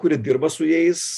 kuri dirba su jais